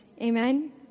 Amen